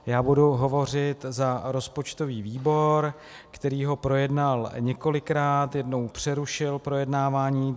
Já budu hovořit za rozpočtový výbor, který ho projednal několikrát, jednou přerušil projednávání.